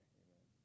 amen